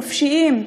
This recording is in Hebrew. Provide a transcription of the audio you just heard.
חופשיים.